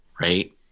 right